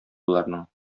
боларның